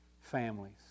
Families